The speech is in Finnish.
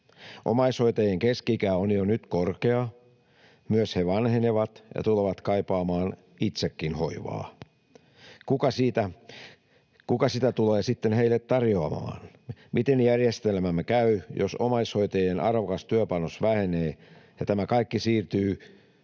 Omaishoitajien keski-ikä on jo nyt korkea. Myös he vanhenevat ja tulevat kaipaamaan itsekin hoivaa. Kuka sitä tulee sitten heille tarjoamaan? Miten järjestelmämme käy, jos omaishoitajien arvokas työpanos vähenee ja tämä kaikki siirtyy